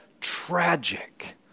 tragic